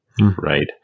right